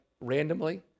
randomly